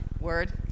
word